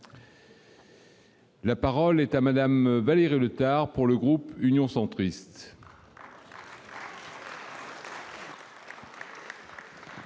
La parole est à Mme Valérie Létard, pour le groupe Union Centriste.